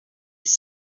his